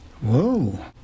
Whoa